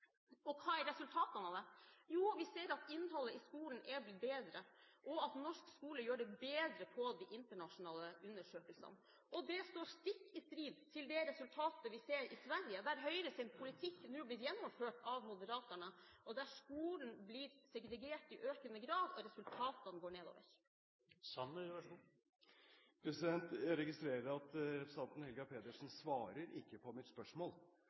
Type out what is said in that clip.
lærer. Hva er resultatene av det? Jo, vi ser at innholdet i skolen er blitt bedre og at norsk skole gjør det bedre på de internasjonale undersøkelsene. Det er stikk i strid med det resultatet vi ser i Sverige, der Høyres politikk nå blir gjennomført av Moderaterna, der skolen blir segregert i økende grad, og resultatene går nedover. Jeg registrerer at representanten Helga Pedersen ikke svarer på mitt spørsmål,